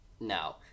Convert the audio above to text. No